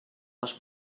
les